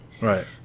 Right